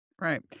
Right